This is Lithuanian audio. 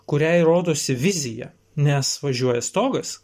kuriai rodosi vizija nes važiuoja stogas